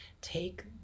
take